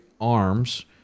arms